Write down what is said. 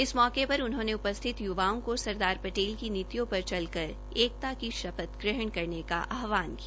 इस मौके पर उन्होंने उपस्थित य्वाओं को सरदार पटेल की नीतियों पर चलकर एकता की शपथ ग्रहण करने का आहवान किया